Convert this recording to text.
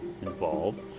involved